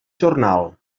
jornal